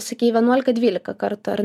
sakei vienuolika dvylika kartų ar